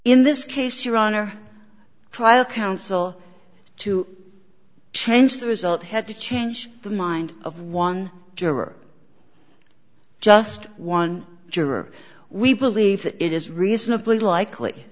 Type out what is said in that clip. in this case your honor trial counsel to change the result had to change the mind of one juror just one juror we believe that it is reasonably likely